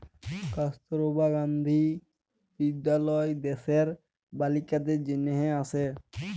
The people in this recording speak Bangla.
কস্তুরবা গান্ধী বিদ্যালয় দ্যাশের বালিকাদের জনহে আসে